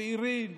צעירים,